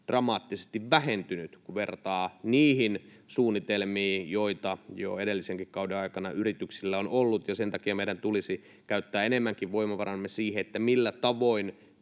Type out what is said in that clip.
dramaattisesti vähentynyt, kun vertaa niihin suunnitelmiin, joita jo edellisenkin kauden aikana yrityksillä on ollut. Sen takia meidän tulisi käyttää enemmänkin voimavarojamme siihen, millä tavoin